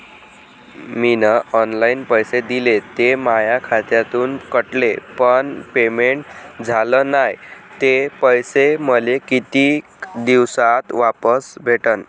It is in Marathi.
मीन ऑनलाईन पैसे दिले, ते माया खात्यातून कटले, पण पेमेंट झाल नायं, ते पैसे मले कितीक दिवसात वापस भेटन?